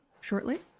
shortly